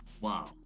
Wow